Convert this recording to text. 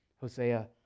Hosea